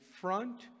front